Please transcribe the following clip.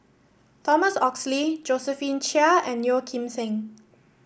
Thomas Oxley Josephine Chia and Yeo Kim Seng